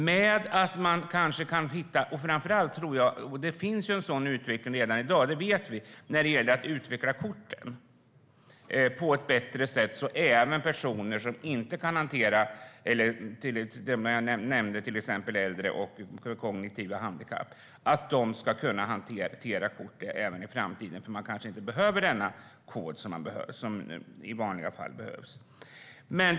Det finns en utveckling redan i dag när det handlar om korten och att utforma dem på ett bättre sätt så att även personer som inte kan hantera dem, till exempel äldre och personer med kognitiva handikapp, ska kunna göra det i framtiden. Man kanske inte behöver ha den kod som i vanliga fall behövs i dag.